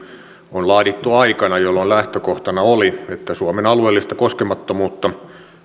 on laadittu aikana jolloin lähtökohtana oli että suomen alueellista koskemattomuutta